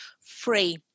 free